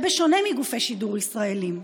בשונה מגופי שידור ישראליים.